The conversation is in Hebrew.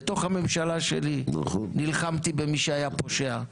בתוך הממשלה שלי נלחמתי במי שהיה פושע.